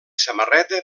samarreta